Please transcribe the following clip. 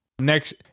next